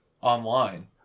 online